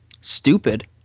Stupid